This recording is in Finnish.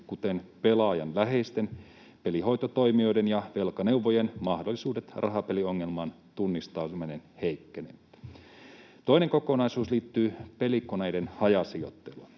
kuten pelaajan läheisten, pelihoitotoimijoiden ja velkaneuvojien, mahdollisuudet, ja rahapeliongelman tunnistaminen heikkenee. Toinen kokonaisuus liittyy pelikoneiden hajasijoitteluun.